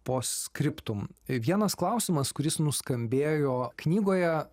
post scriptum vienas klausimas kuris nuskambėjo knygoje